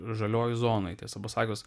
žaliojoj zonoj tiesą pasakius